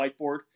whiteboard